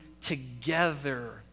together